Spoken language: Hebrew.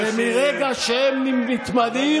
ומרגע שהם מתמנים,